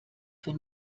für